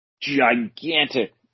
gigantic